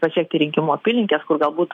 pasiekti rinkimų apylinkes kur galbūt